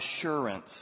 assurance